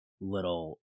little